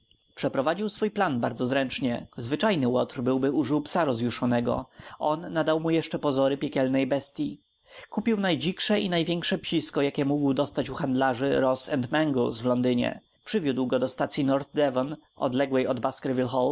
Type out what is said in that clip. przeprowadził swój plan bardzo zręcznie zwyczajny łotr byłby użył psa rozjuszonego on nadał mu jeszcze pozory piekielnej bestyi kupił najdziksze i największe psisko jakie mógł dostać u handlarzy ross and mangles w londynie przywiódł go do stacyi north devon odległej od baskerville hall